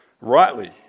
rightly